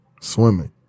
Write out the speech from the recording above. Swimming